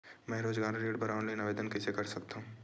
मैं रोजगार ऋण बर ऑनलाइन आवेदन कइसे कर सकथव?